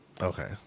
Okay